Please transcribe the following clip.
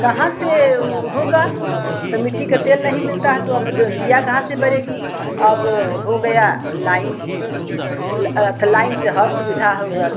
कहाँ से होगा तो मिट्टी का तेल नहीं मिलता है तो अब दिया कहाँ से बनेगी अब हो गया लाइन अथ लाइन से हर सुविधा होगल